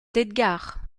d’edgard